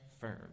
firm